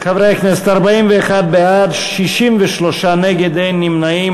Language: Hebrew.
חברי הכנסת, 41 בעד, 63 נגד, אין נמנעים.